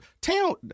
town